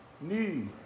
new